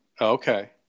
Okay